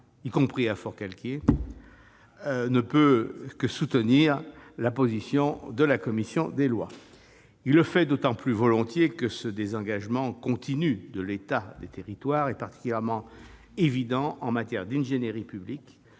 y compris à Forcalquier - ne peut que soutenir la position de la commission des lois. Il le fait d'autant plus volontiers que ce désengagement continu de l'État vis-à-vis des territoires est particulièrement évident en matière d'ingénierie publique,